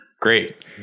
Great